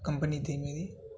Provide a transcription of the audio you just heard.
company تھی میری